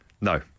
No